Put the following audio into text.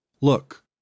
Look